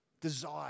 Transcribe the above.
desire